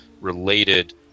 related